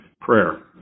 prayer